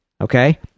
Okay